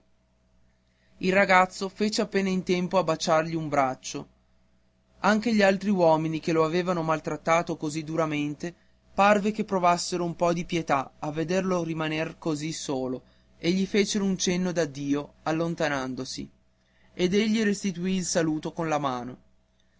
il ragazzo fece appena in tempo a baciargli un braccio anche gli altri uomini che lo avevano maltrattato così duramente parve che provassero un po di pietà a vederlo rimaner così solo e gli fecero un cenno d'addio allontanandosi ed egli restituì il saluto con la mano